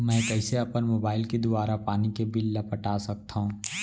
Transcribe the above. मैं कइसे अपन मोबाइल के दुवारा पानी के बिल ल पटा सकथव?